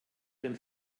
dein